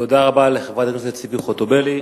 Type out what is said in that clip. תודה רבה לחברת הכנסת ציפי חוטובלי.